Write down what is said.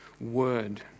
word